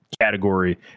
category